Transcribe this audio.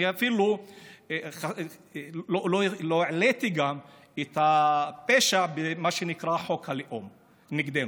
אני אפילו לא העליתי גם את הפשע במה שנקרא חוק הלאום נגדנו.